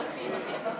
משרת מילואים פעיל),